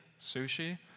sushi